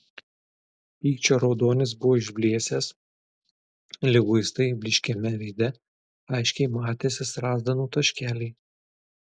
pykčio raudonis buvo išblėsęs liguistai blyškiame veide aiškiai matėsi strazdanų taškeliai